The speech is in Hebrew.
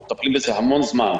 אנחנו מטפלים בזה המון זמן.